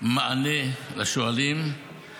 מענה לשואלים -- מה שואלים?